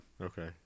Okay